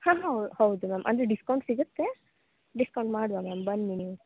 ಹಾಂ ಹೌ ಹೌದು ಮ್ಯಾಮ್ ಅಂದರೆ ಡಿಸ್ಕೌಂಟ್ ಸಿಗುತ್ತೆ ಡಿಸ್ಕೌಂಟ್ ಮಾಡುವ ಮ್ಯಾಮ್ ಬನ್ನಿ ನೀವು